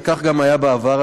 וכך גם היה בעבר,